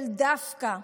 של דווקא,